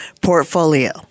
portfolio